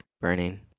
Burning